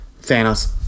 Thanos